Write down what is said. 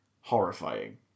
horrifying